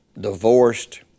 divorced